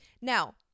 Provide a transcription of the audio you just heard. Now